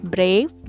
Brave